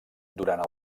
durant